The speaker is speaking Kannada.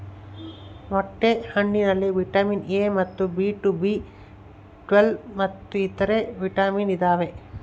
ಮೊಟ್ಟೆ ಹಣ್ಣಿನಲ್ಲಿ ವಿಟಮಿನ್ ಎ ಮತ್ತು ಬಿ ಟು ಬಿ ಟ್ವೇಲ್ವ್ ಮತ್ತು ಇತರೆ ವಿಟಾಮಿನ್ ಇದಾವೆ